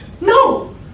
No